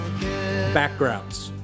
backgrounds